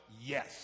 Yes